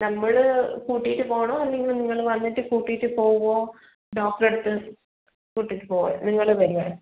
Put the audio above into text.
നമ്മൾ കൂട്ടിയിട്ട് പോകണോ അല്ലെങ്കിൽ നിങ്ങൾ വന്നിട്ട് കൂട്ടിയിട്ട് പോകുവോ ഡോക്ടറുടെയടുത്ത് കൂട്ടിയിട്ട് പോകുവോ നിങ്ങൾ വരുവോ